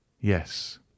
Yes